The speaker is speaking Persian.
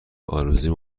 ارزوی